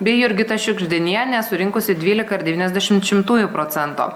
bei jurgita šiugždinienė surinkusi dvylika ir devyniasdešimt šimtųjų procento